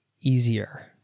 easier